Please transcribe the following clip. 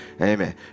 amen